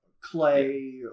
clay